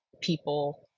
people